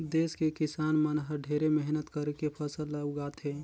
देस के किसान मन हर ढेरे मेहनत करके फसल ल उगाथे